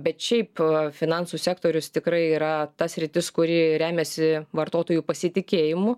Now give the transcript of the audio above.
bet šiaip finansų sektorius tikrai yra ta sritis kuri remiasi vartotojų pasitikėjimu